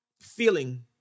feeling